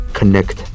connect